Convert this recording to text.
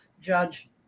judge